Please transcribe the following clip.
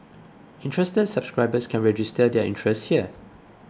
interested subscribers can register their interest here